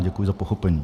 Děkuji za pochopení.